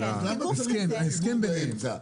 ההסכם בפרצה.